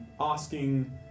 asking